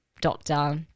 doctor